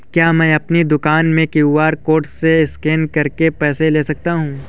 क्या मैं अपनी दुकान में क्यू.आर कोड से स्कैन करके पैसे ले सकता हूँ?